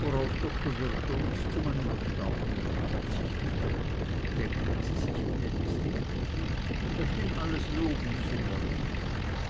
worauf doktor wrschowitz zu meinem staunen verzichtete denken sie sich gnädigste gräfin er schien alles loben zu wollen